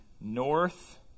north